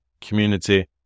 community